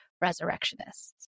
resurrectionists